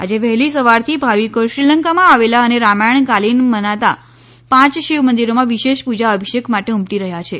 આજે વહેલી સવારથી ભાવિકો શ્રીલંકામાં આવેલા અને રામાયણ કાલીન મનાતા પાંચ શિવમંદિરોમાં વિશેષ પૂજા અભિષેક માટે ઉમટી રહ્યા છે